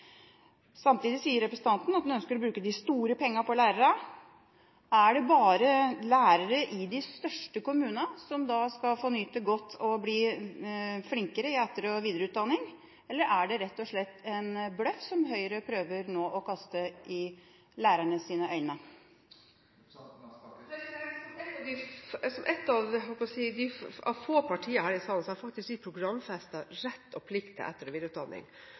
Samtidig sier representanten at hun ønsker å bruke de store pengene på lærerne. Er det bare lærere i de største kommunene som skal få nyte godt av og bli flinkere gjennom etter- og videreutdanning, eller er det rett og slett en bløff som Høyre prøver å kaste i lærernes øyne? Som ett av få partier her i salen har vi programfestet rett og plikt til etter- og videreutdanning, og hvis det er noe vi skulle lovfestet i opplæringsloven – i motsetning til frukt og